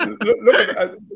look